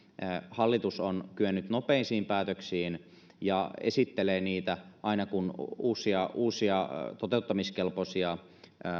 hallitus on kyennyt nopeisiin päätöksiin ja esittelee niitä aina kun uusia uusia toteuttamiskelpoisia